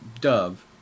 Dove